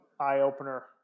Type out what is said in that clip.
eye-opener